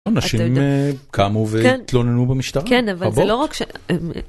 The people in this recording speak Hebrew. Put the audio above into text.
אנשים קמו והתלוננו במשטרה. רבות. כן, אבל זה לא רק ש...